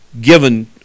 given